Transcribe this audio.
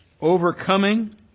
overcoming